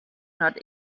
not